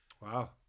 Wow